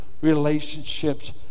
relationships